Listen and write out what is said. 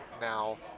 now